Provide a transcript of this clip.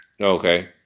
Okay